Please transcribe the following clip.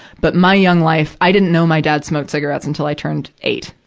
but my young life, i didn't know my dad smoked cigarettes until i turned eight.